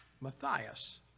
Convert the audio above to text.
Matthias